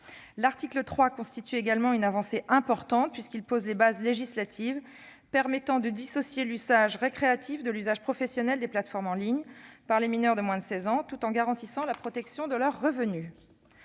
L'article 3 constitue également une avancée importante, puisqu'il pose les bases législatives permettant de dissocier l'usage récréatif de l'usage professionnel des plateformes en ligne pour les mineurs de moins de 16 ans, tout en garantissant la protection de leurs revenus.